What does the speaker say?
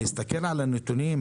להסתכל על הנתונים,